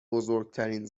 بزرگترین